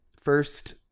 first